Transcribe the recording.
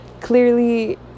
clearly